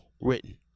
written